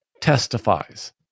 testifies